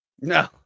No